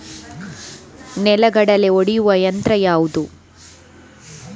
ನೆಲಗಡಲೆ ಒಡೆಯುವ ಯಂತ್ರ ಯಾವುದು?